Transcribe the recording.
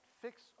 fix